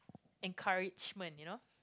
encouragement you know